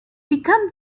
become